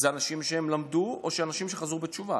זה אנשים שהם למדו, או שאנשים שחזרו בתשובה?